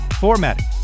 formatting